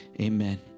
amen